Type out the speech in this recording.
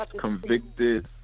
Convicted